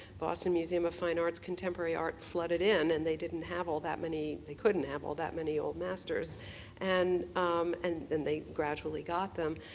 boston museum of fine arts, contemporary art flooded in and they didn't have all that many, they couldn't have all that many old masters and and and they gradually got them.